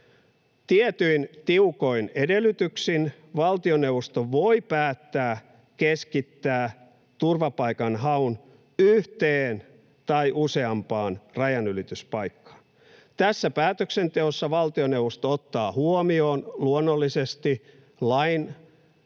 Tietyin tiukoin edellytyksin valtioneuvosto voi päättää keskittää turvapaikanhaun yhteen tai useampaan rajanylityspaikkaan. Tässä päätöksenteossa valtioneuvosto ottaa huomioon, luonnollisesti, lain